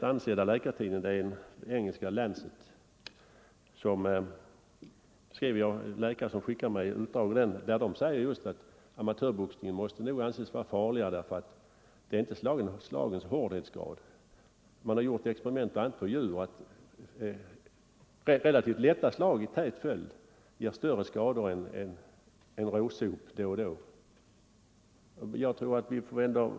Läkare har skickat mig utdrag ur världens mest ansedda läkartidning, Lancet, och där skriver man att amatörboxningen nog måste anses vara farligare för det är inte slagens hårdhetsgrad det kommer an på. Man har gjort experiment på djur som visat att relativt lätta slag i tät följd ger större skador än en råsop då och då.